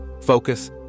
focus